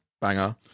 Banger